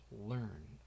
learn